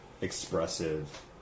expressive